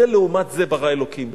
זה לעומת זה ברא אלוקים.